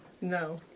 No